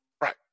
Right